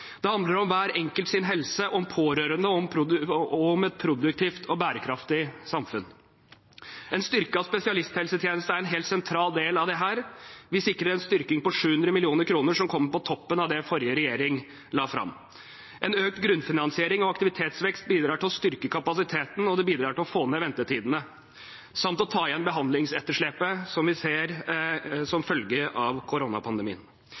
Det handler om helsen til hver enkelt, om pårørende og om et produktivt og bærekraftig samfunn. En styrket spesialisthelsetjeneste er en helt sentral del av dette. Vi sikrer en styrking på 700 mill. kr, som kommer på toppen av det forrige regjering la fram. En økt grunnfinansiering og aktivitetsvekst bidrar til å styrke kapasiteten, og det bidrar til å få ned ventetidene samt å ta igjen behandlingsetterslepet vi ser som følge av koronapandemien.